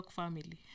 family